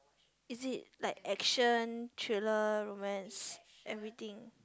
is it like action thriller romance everything